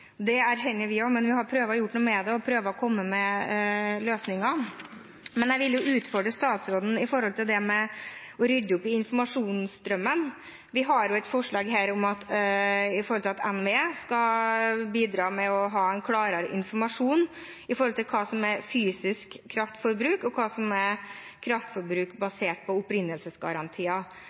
Det erkjenner også vi, men vi har prøvd å gjøre noe med det og prøvd å komme med løsninger. Jeg vil utfordre statsråden på det med å rydde opp i informasjonsstrømmen. Vi har et forslag her om at NVE skal bidra med klarere informasjon om hva som er fysisk kraftforbruk, og hva som er kraftforbruk basert på opprinnelsesgarantier.